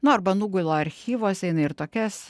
nu arba nugula archyvuose jinai ir tokias